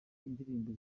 indirimbo